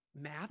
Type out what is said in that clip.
math